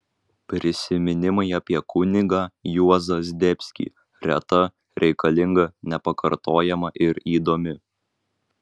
prisiminimai apie kunigą juozą zdebskį reta reikalinga nepakartojama ir įdomi